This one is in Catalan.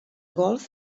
golf